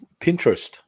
Pinterest